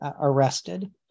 arrested